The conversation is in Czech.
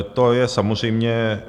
To je samozřejmě...